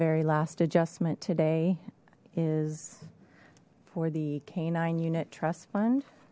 very last adjustment today is for the canine unit trust fund